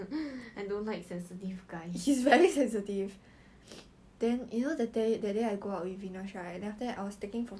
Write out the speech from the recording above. that time that time err she had a talk with her boyfriend 讲 err 为什么我不可以在一个 mix gender clique it's just a clique